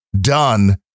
done